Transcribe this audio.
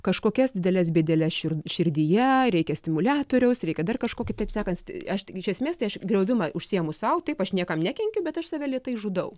kažkokias dideles bėdeles šird širdyje reikia stimuliatoriaus reikia dar kažko kitaip sakant aš iš esmės tai aš griovimą užsiėmus sau taip aš niekam nekenkiu bet aš save lėtai žudau